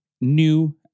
new